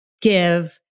give